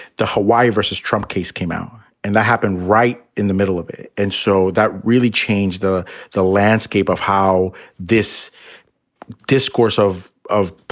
the hawaii vs. trump case came out and that happened right in the middle of it. and so that really changed the the landscape of how this discourse of of,